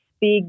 big